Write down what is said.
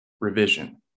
revision